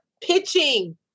Pitching